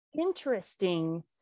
interesting